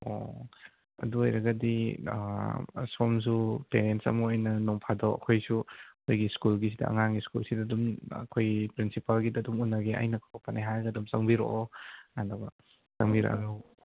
ꯑꯣ ꯑꯗꯨ ꯑꯣꯏꯔꯒꯗꯤ ꯁꯣꯝꯁꯨ ꯄꯦꯔꯦꯟꯁ ꯑꯃ ꯑꯣꯏꯅ ꯅꯣꯡ ꯐꯥꯗꯣꯛ ꯑꯩꯈꯣꯏꯁꯨ ꯑꯩꯈꯣꯏꯒꯤ ꯁ꯭ꯀꯨꯜꯒꯤꯁꯤꯗ ꯑꯉꯥꯡꯒꯤ ꯁ꯭ꯀꯨꯜꯁꯤꯗ ꯑꯗꯨꯝ ꯑꯩꯈꯣꯏꯒꯤ ꯄ꯭ꯔꯤꯟꯁꯤꯄꯥꯜꯒꯤꯗ ꯑꯗꯨꯝ ꯎꯅꯒꯦ ꯑꯩꯅ ꯀꯧꯔꯛꯄꯅꯦ ꯍꯥꯏꯔꯒ ꯑꯗꯨꯝ ꯆꯪꯕꯤꯔꯛꯑꯣ ꯑꯗꯨꯒ ꯆꯪꯕꯤꯔꯛꯂꯒ